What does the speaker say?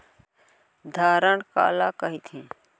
धरण काला कहिथे?